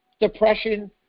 depression